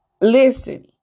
Listen